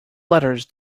letters